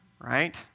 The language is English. right